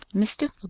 mr.